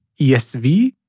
ESV